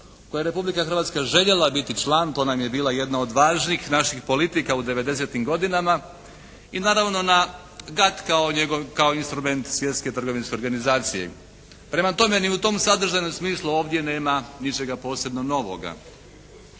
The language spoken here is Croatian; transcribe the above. Koje je Republika Hrvatska željela biti član, to nam je bila jedna od važnih naših politika u devedesetim godinama. I naravno na … /Govornik se ne razumije./ … kao njegov, kao instrument Svjetske trgovinske organizacije. Prema tome ni u tom sadržajnom smislu ovdje nema ničega posebno novoga.